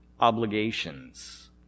obligations